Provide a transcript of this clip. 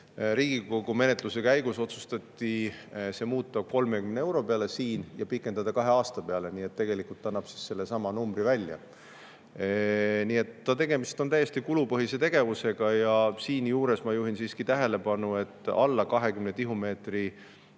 Riigikogu menetluse käigus otsustati see muuta 30 euro peale ja pikendada kahe aasta peale, nii et tegelikult see annab välja sellesama numbri. Tegemist on täiesti kulupõhise tegevusega. Siinjuures ma juhin siiski tähelepanu, et alla 20 tihumeetri